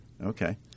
Okay